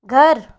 घर